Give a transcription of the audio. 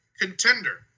contender